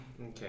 Okay